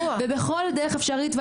ובכל דרך אפשרית,